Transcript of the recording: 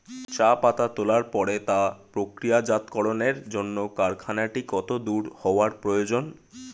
চা পাতা তোলার পরে তা প্রক্রিয়াজাতকরণের জন্য কারখানাটি কত দূর হওয়ার প্রয়োজন?